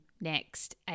next